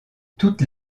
toutes